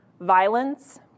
violence